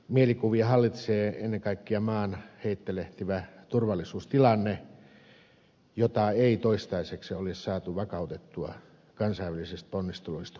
mielikuvia hallitsee ennen kaikkea maan heittelehtivä turvallisuustilanne jota ei toistaiseksi ole saatu vakautettua kansainvälisistä ponnisteluista huolimatta